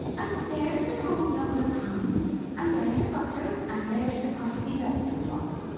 and there's the cold knuckle of ham and there's the butter and there's the crusty loaf, and all!